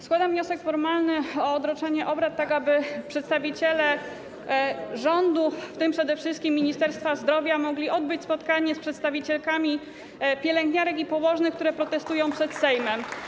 Składam wniosek formalny o odroczenie obrad, tak aby przedstawiciele rządu, w tym przede wszystkim Ministerstwa Zdrowia, mogli odbyć spotkanie z przedstawicielkami pielęgniarek i położnych, które protestują przed Sejmem.